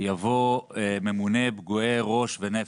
יבוא 'ממונה פגועי ראש ונפש',